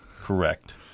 Correct